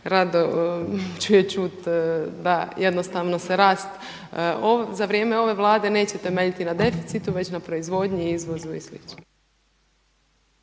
rado ću je čuti, da jednostavno se rast za vrijeme ove Vlade neće temeljiti na deficitu već na proizvodnji, deficitu i